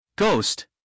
Ghost